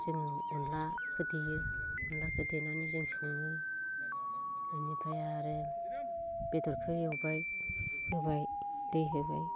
जोङो अनद्लाखो देयो अनद्लाखो देनानै जों सङो बिनिफ्राय आरो बेदरखो एवबाय होबाय दै होबाय